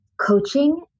Coaching